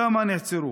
1. כמה נעצרו?